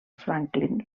franklin